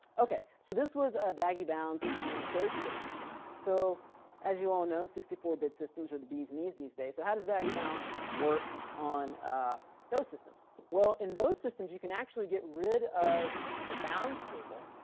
ok so this was a baggy bounds on a thirty two bit system. so as you all know sixty four bit systems are the bees knees these days, so how does baggy bounds work on those systems? well, in those systems you can actually get rid of the bounds table,